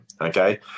Okay